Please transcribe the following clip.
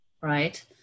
right